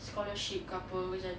scholarship ke apa